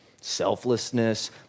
selflessness